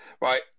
right